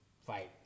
fight